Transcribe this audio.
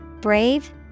Brave